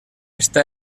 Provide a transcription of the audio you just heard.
està